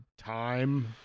Time